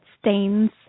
stains